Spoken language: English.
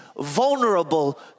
vulnerable